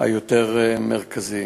היותר מרכזי.